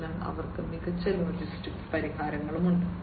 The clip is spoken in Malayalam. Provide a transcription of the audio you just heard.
അതിനാൽ അവർക്ക് മികച്ച ലോജിസ്റ്റിക്സ് പരിഹാരങ്ങളുണ്ട്